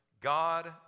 God